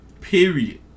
Period